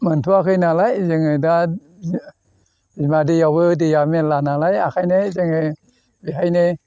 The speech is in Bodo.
मोन्थ'वाखै नालाय जोङो दा जो बिमा दैआवबो दैआ मेरला नालाय आखायनो जोङो बेखायनो